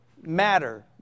matter